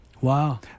Wow